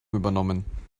übernommen